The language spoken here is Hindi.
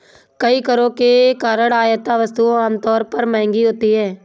कई करों के कारण आयात वस्तुएं आमतौर पर महंगी होती हैं